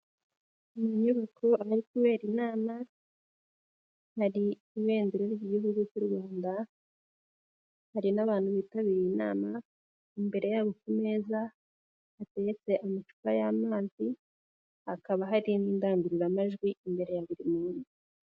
Ni mu nyubako ahari kubera inama, hari ibendera ry'igihugu cy'u Rwanda, hari n'abantu bitabiriye inama, imbere yabo ku meza hateretse amacupa y'amazi, hakaba hari n'indangururamajwi imbere ya buri muntu.